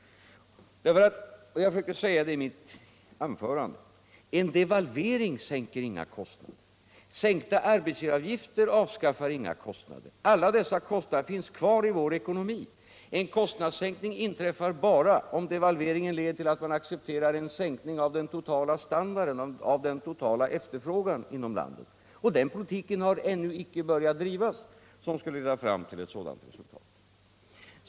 Jag försökte säga det i mitt anförande. En devalvering sänker inga kostnader. Sänkta arbetsgivaravgifter avskaffar inga kostnader. Alla dessa kostnader finns kvar i vår ekonomi. En kostnadssänkning inträffar bara om devalveringen leder till att människorna accepterar en sänkning av den totala standarden, av den totala efterfrågan inom landet, och den politik har ännu icke börjat drivas som skulle leda fram till ett sådant resultat.